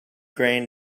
grain